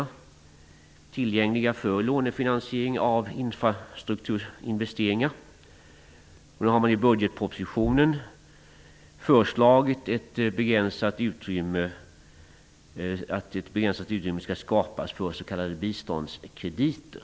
De är tillgängliga för lånefinansiering av infrastrukturinvesteringar. I budgetpropositionen har man föreslagit att ett begränsat utrymme skall skapas för s.k. biståndskrediter.